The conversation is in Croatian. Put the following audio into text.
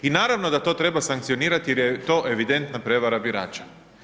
I naravno da to treba sankcionirati, jer je to evidentna prevara birača.